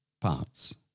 parts